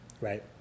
right